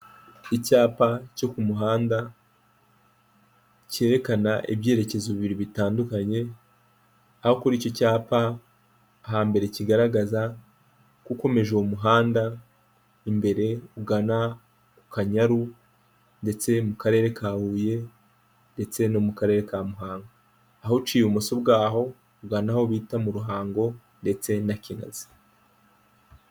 Icyapa cyo ku muhanda cyerekana ibyerekezo bibiri bitandukanye, aho kuri icyo cyapa hambere kigaragaza ko ukomeje uwo muhanda imbere ugana kukanyaru ndetse mu karere ka Huye ndetse no mu karere ka muhanga, aho uci ibumoso bwaho ugana aho bita mu Ruhango ndetse na kinazi.